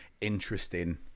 interesting